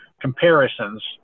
comparisons